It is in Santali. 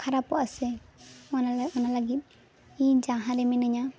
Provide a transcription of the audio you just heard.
ᱠᱷᱟᱨᱟᱯᱚᱜᱼᱟ ᱥᱮ ᱚᱱᱟ ᱞᱟᱹᱜᱤᱫ ᱤᱧ ᱡᱟᱦᱟᱸ ᱨᱮ ᱢᱤᱱᱟᱹᱧᱟ